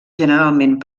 generalment